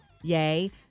Yay